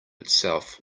itself